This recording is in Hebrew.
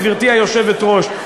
גברתי היושבת-ראש,